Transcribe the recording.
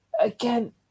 again